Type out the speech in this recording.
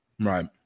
right